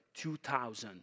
2,000